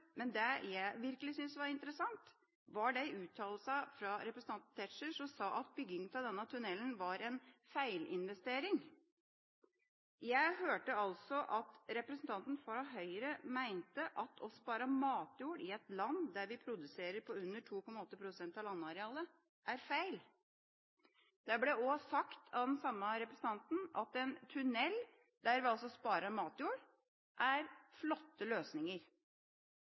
men det jeg syntes var virkelig interessant, var uttalelsene fra representanten Tetzschner, som sa at bygging av denne tunnelen var en feilinvestering. Jeg hørte altså representanten fra Høyre mente at å spare matjord i et land der vi produserer på under 2,8 pst. av landarealet, er feil. Det ble også av den samme representanten sagt at en tunnel, der vi altså sparer matjord, er